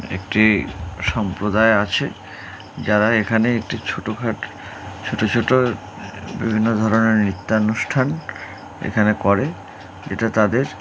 একটি সম্প্রদায় আছে যারা এখানে একটি ছোটোখাট ছোটো ছোটো বিভিন্ন ধরনের নৃত্যানুষ্ঠান এখানে করে যেটা তাদের